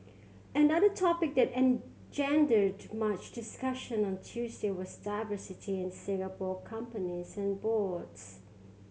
another topic that engendered much discussion on Tuesday was diversity in Singapore companies and boards